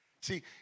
See